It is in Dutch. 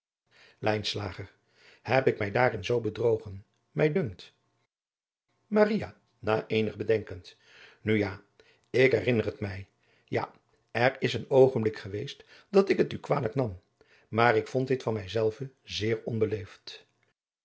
heb ik mij daarin zoo bedrogen mij dunkt maria na eenig bedenkend nu ja ik herinner het mij ja er is een oogenblik geweest dat ik het u kwalijk nam maar ik vond dit van mij zelve zeer onbeleefd